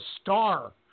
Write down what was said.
star